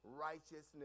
righteousness